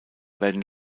werden